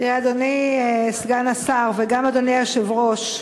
תראה, אדוני סגן השר, וגם אדוני היושב-ראש,